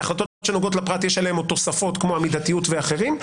בהחלטות שנוגעות לפרט יש עליהן עוד תוספות כמו המידתיות ואחרים.